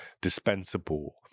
dispensable